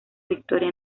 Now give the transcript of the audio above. victoria